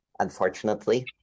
Unfortunately